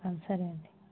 సరే అండి